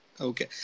Okay